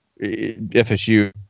FSU